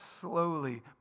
slowly